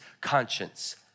conscience